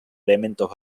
elementos